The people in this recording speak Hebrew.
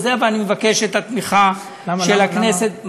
ואני מבקש את התמיכה של הכנסת,